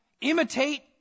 imitate